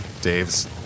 Dave's